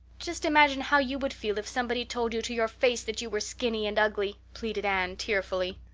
just imagine how you would feel if somebody told you to your face that you were skinny and ugly, pleaded anne tearfully.